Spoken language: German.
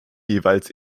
jeweils